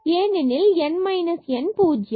ஏனெனில் இங்கு என் மைனஸ் எண் பூஜ்யம்